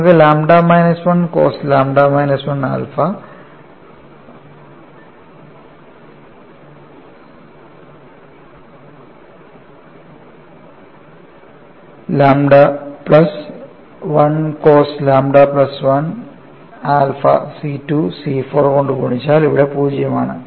നമുക്ക് lambda minus 1 cos lambda minus 1 alpha lambda plus 1 cos lambda plus 1 alpha C2 C4 കൊണ്ട് ഗുണിച്ചാൽ ഇവിടെ പൂജ്യമാണ്